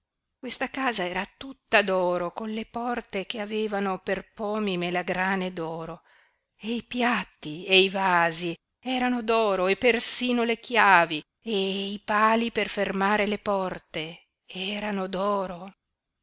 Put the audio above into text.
questa casa era tutta d'oro con le porte che avevano per pomi melagrane d'oro e i piatti e i vasi erano d'oro e persino le chiavi e i pali per fermare le porte erano